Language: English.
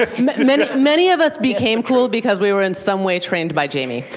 ah many many of us became cool because we were, in some way, trained by jamie.